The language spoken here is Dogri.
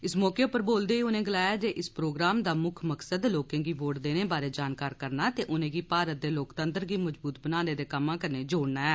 इस मौके उप्पर बोलदे होई उनें गलाया इस प्रोग्राम दा मुक्ख मकसद लोकें गी वोट देने बारै जानकार करना ते उनेंगी भारत दे लोकतंत्र गी मजबूत बनाने दे कम्मा कन्नै जोड़ना ऐ